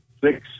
six